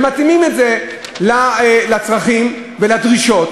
ומתאימים את זה לצרכים ולדרישות,